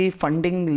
Funding